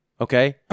okay